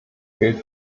gilt